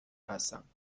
هستم